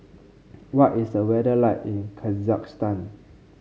what is the weather like in Kazakhstan